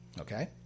Okay